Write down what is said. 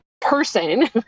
person